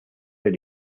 del